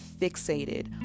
fixated